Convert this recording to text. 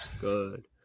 good